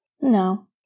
No